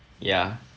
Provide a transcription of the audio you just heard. ya